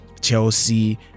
chelsea